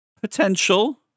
potential